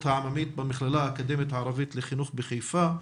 העממית במכללה האקדמית הערבית לחינוך בחיפה.